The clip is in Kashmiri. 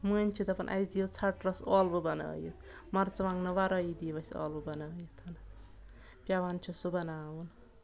مٔنٛزۍ چھِ دَپان اَسہِ دِیِو ژھٹہٕ رَس ٲلوٕ بَنٲیِتھ مَرژٕ وانٛگنو وَرٲیی دِو اَسہِ آلوٕ بَنٲیِتھ پیٚوان چھُ سُہ بَناوُن